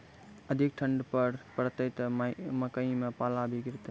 अधिक ठंड पर पड़तैत मकई मां पल्ला भी गिरते?